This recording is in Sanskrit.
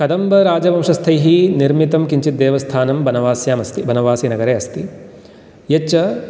कदम्बराजवंस्थैः निर्मितं किञ्चित् देवस्थानं बनवास्याम् अस्ति बनवासीनगरे अस्ति यच्च